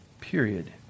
period